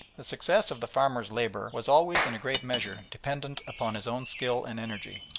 the success of the farmer's labours was always in a great measure dependent upon his own skill and energy.